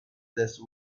last